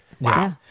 wow